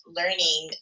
learning